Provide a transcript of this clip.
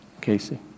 Casey